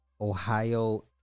Ohio